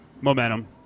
momentum